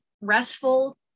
restful